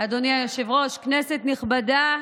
אדוני היושב-ראש, כנסת נכבדה,